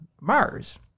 Mars